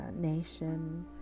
nation